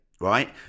right